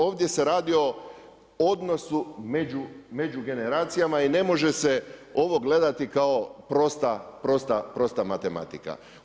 Ovdje se radi o odnosu među generacijama i ne može se ovo gledati kao prosta matematika.